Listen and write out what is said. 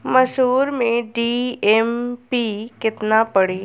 मसूर में डी.ए.पी केतना पड़ी?